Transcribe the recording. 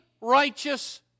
righteous